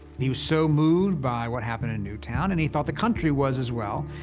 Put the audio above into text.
he was so moved by what happened in newtown, and he thought the country was, as well,